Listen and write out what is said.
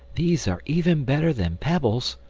these are even better than pebbles,